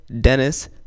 Dennis